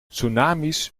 tsunami’s